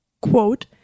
Quote